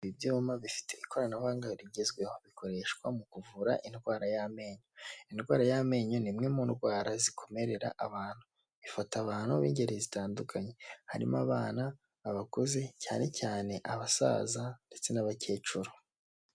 Ibyuma bifite ikoranabuhanga rigezweho, bikoreshwa mu kuvura indwara y'amenyo, indwara y'amenyo ni imwe mu ndwara zikomerera abantu, ifata abantu b'ingeri zitandukanye, harimo abana, abakuze cyane cyane abasaza ndetse n'abakecuru.